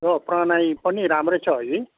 यो प्रनाइ पनि राम्रै छ हगि